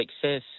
success